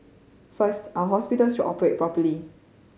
first our hospitals should operate properly